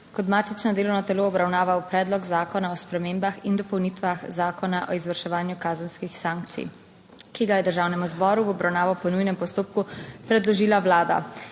kot matično delovno telo obravnaval Predlog zakona o spremembah in dopolnitvah Zakona o izvrševanju kazenskih sankcij, ki ga je Državnemu zboru v obravnavo po nujnem postopku predložila Vlada.